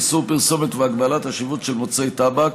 איסור פרסומת והגבלת השיווק של מוצרי טבק),